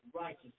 righteous